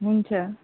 हुन्छ